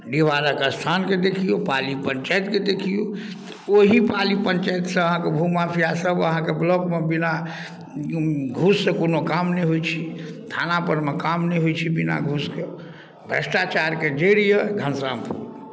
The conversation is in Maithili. डीहवारक स्थानके देखियौ पाली पंचायतके देखियौ ओही पाली पंचायतसँ अहाँके भू माफियासभ अहाँके ब्लॉकमे बिना घूससँ कोनो काम नहि होइत छै थाना परमे काम नहि होइ छै बिना घूसके भ्रष्टाचारके जड़ि यए घनश्यामपुर